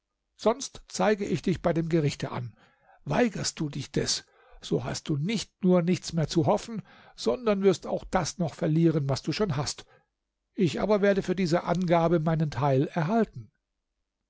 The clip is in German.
sonst zeige ich dich bei dem gerichte an weigerst du dich des so hast du nicht nur nichts mehr zu hoffen sondern wirst auch das noch verlieren was du schon hast ich aber werde für diese angabe meinen anteil erhaltene